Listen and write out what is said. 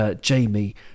Jamie